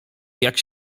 jak